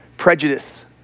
prejudice